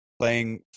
playing